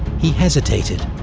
he hesitated,